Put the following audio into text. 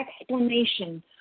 explanation